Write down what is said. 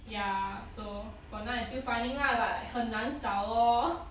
ya so for now I still finding lah but like 很难找 lor